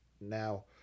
Now